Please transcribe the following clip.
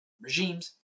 regimes